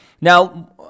Now